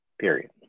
period